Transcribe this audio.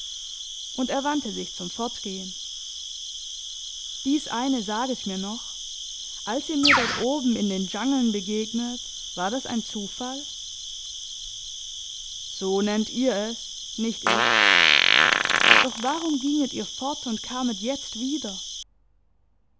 und er wandte sich zum fortgehen dies eine saget mir noch als ihr mir dort oben in den dschangeln begegnetet war das ein zufall so nennt ihr es nicht ich doch warum ginget ihr fort und kamet jetzt wieder